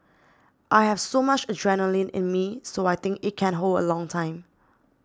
I have so much adrenaline in me so I think it can hold a long time